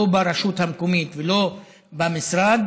לא ברשות המקומית ולא במשרד,